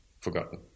forgotten